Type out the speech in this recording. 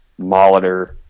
Molitor